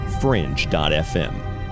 fringe.fm